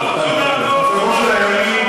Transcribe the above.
שרון גל.